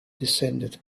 descended